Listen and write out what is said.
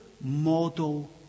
model